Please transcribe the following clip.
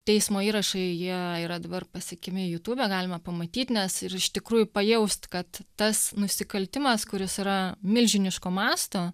teismo įrašai jie yra dabar pasiekiami jutube galima pamatyt nes ir iš tikrųjų pajaust kad tas nusikaltimas kuris yra milžiniško masto